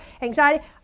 anxiety